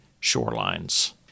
shorelines